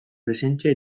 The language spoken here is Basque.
presentzia